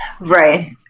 right